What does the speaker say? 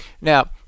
Now